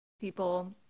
people